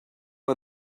are